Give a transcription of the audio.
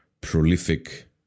prolific